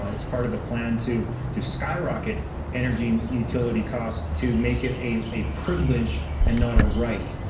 ah it's part of a plan to to skyrocket energy and utility costs to make it a a privilege and not a right.